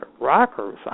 rockers